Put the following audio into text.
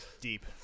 Deep